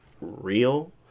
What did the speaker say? real